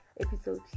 episode